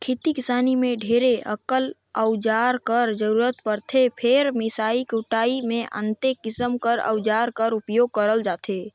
खेती किसानी मे ढेरे अकन अउजार कर जरूरत परथे फेर मिसई कुटई मे अन्ते किसिम कर अउजार कर उपियोग करल जाथे